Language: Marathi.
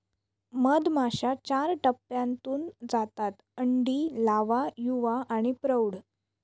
मधमाश्या चार टप्प्यांतून जातात अंडी, लावा, युवा आणि प्रौढ